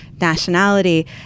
nationality